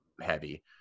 heavy